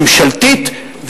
ממשלתית,